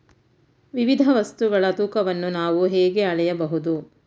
ವಿವಿಧ ವಸ್ತುಗಳ ತೂಕವನ್ನು ನಾವು ಹೇಗೆ ಅಳೆಯಬಹುದು?